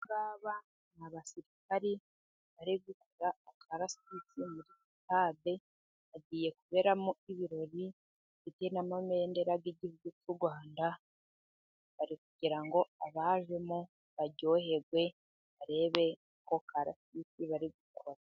Aba n'abasirikari bari gukora akarasisi muri sitade, hagiye kuberamo ibirori, ndetse n'amabendera y'igihugu cy'u rwanda, bari kugira ngo abajemo baryoherwe, barebe ako karasisi bari gukora.